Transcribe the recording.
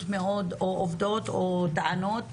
עובדות מאוד או עובדות או טענות,